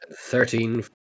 Thirteen